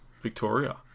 victoria